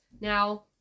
Now